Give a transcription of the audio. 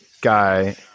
guy